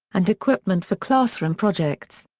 and equipment for classroom projects.